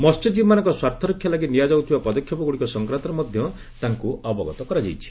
ମସ୍ୟଜୀବୀମାନଙ୍କ ସ୍ପାର୍ଥ ରକ୍ଷା ଲାଗି ନିଆଯାଉଥିବା ପଦକ୍ଷେପଗୁଡିକ ସଂକ୍ରାନ୍ତରେ ମଧ୍ୟ ତାଙ୍କୁ ଅବଗତ କରାଯାଇଛି